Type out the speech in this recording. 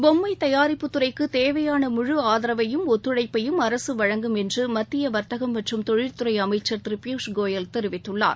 பொம்மை தயாரிப்பு துறைக்கு தேவையான முழு ஆதரவையும் ஒத்துழைப்பயும் அரசு வழங்கும் என்று மத்திய வர்த்தகம் மற்றும் தொழில்துறை அமைச்சர் திரு பியூஷ் கோயல் தெரிவித்துள்ளார்